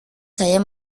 saya